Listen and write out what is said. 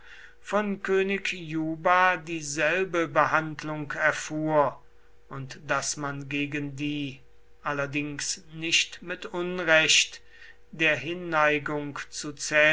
von könig juba dieselbe behandlung erfuhr und daß man gegen die allerdings nicht mit unrecht der